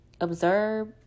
observe